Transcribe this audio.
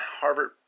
Harvard